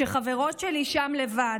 כשחברות שלי שם לבד.